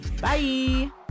bye